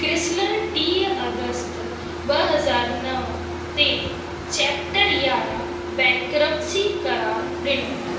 Chrysler टीह August ॿ हज़ार नव ते चैप्टर यारहं बैंकरप्सी करार ॾिनो